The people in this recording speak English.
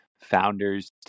founders